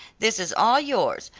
this is all yours,